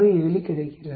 67 கிடைக்கிறது